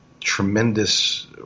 tremendous